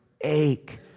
ache